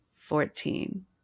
Fourteen